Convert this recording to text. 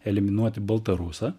eliminuoti baltarusą